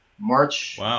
March